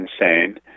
insane